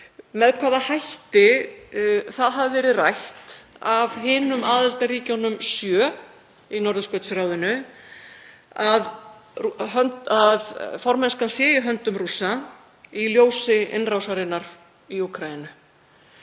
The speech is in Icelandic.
með hvaða hætti það hafi verið rætt af hinum aðildarríkjunum sjö í Norðurskautsráðinu að formennskan sé í höndum Rússa í ljósi innrásarinnar í Úkraínu.